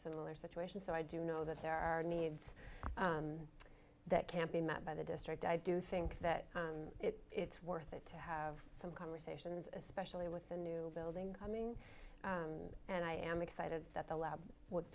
similar situation so i do know that there are needs that can't be met by the district i do think that it's worth it to have some conversations especially with the new building coming and i am excited that the lab w